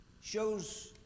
shows